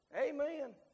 Amen